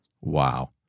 Wow